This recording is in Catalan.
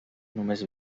només